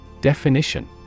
Definition